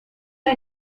ein